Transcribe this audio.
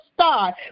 start